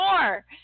more